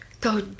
go